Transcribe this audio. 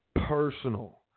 personal